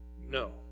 No